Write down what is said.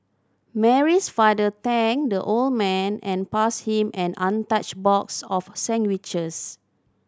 Mary's father thanked the old man and passed him an untouched box of sandwiches